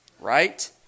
right